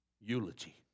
eulogy